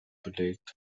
belegt